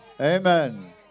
Amen